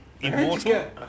immortal